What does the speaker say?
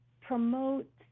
promote